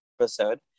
episode